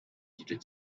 cyiciro